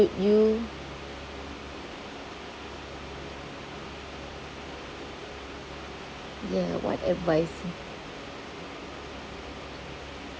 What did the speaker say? you ya what advice